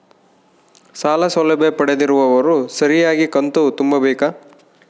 ಸಾಲ ಸೌಲಭ್ಯ ಪಡೆದಿರುವವರು ಸರಿಯಾಗಿ ಕಂತು ತುಂಬಬೇಕು?